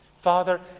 Father